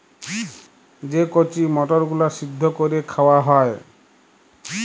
যে কঁচি মটরগুলা সিদ্ধ ক্যইরে খাউয়া হ্যয়